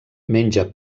menja